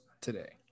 today